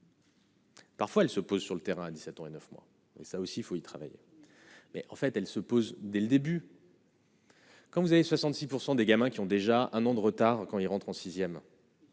Parfois, elle se pose sur le terrain 17 ans et 9 mois et ça aussi, il faut y travailler, mais en fait, elle se pose dès le début. Quand vous avez 66 % des gamins qui ont déjà un an de retard quand il rentre en 6ème.